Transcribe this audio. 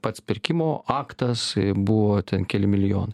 pats pirkimo aktas buvo ten keli milijonai